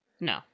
No